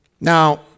Now